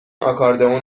آکاردئون